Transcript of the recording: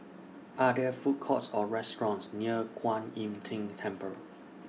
Are There Food Courts Or restaurants near Kuan Im Tng Temple